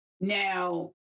Now